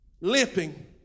limping